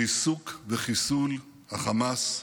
ובריסוק וחיסול החמאס,